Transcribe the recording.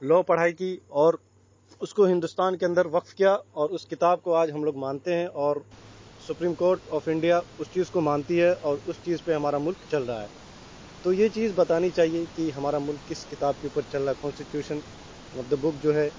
law پڑھائی کی اور اس کو ہندوستان کے اندر وقف کیا اور اس کتاب کو آج ہم لوگ مانتے ہیں اور سپریم کورٹ آف انڈیا اس چیز کو مانتی ہے اور اس چیز پہ ہمارا ملک چل رہا ہے تو یہ چیز بتانی چاہیے کہ ہمارا ملک کس کتاب کے اوپر چل رہا ہے کونسٹیٹیوشن آف دا بک جو ہے